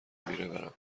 میره، برم